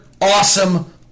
awesome